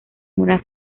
una